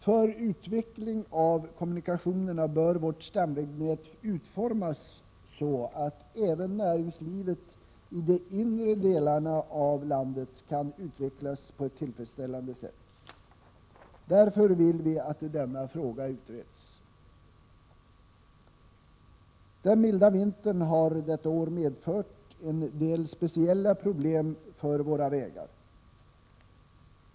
När det gäller kommunikationerna bör vårt stamvägnät utformas så att även näringslivet i de inre delarna av landet kan utvecklas på ett tillfredsställande sätt. Vi vill därför att denna fråga skall utredas. Den milda vintern har i år medfört en del speciella problem för våra vägar.